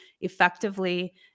effectively